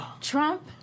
Trump